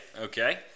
Okay